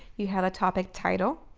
you have a topic title.